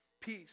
peace